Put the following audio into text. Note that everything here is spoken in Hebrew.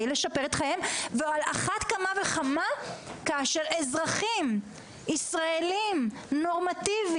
לשפר את חייהם; על אחת כמה וכמה כאשר אזרחים ישראלים נורמטיביים,